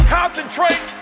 concentrate